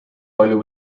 palju